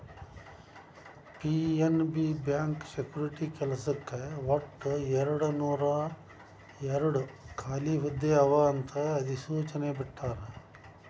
PNB bank security ಕೆಲ್ಸಕ್ಕ ಒಟ್ಟು ಎರಡನೂರಾಯೇರಡ್ ಖಾಲಿ ಹುದ್ದೆ ಅವ ಅಂತ ಅಧಿಸೂಚನೆ ಬಿಟ್ಟಾರ